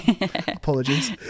apologies